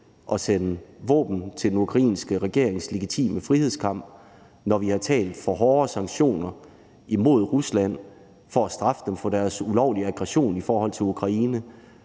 at sende våben til den ukrainske regerings legitime frihedskamp; når vi har talt for hårdere sanktioner imod Rusland for at straffe dem for deres ulovlige aggression i forhold til Ukraine;